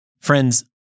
Friends